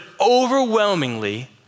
overwhelmingly